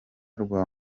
rwa